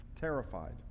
Terrified